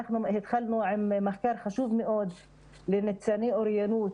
התחלנו מחקר חשוב מאוד לניצני אוריינות